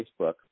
Facebook